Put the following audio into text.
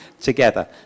together